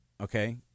Okay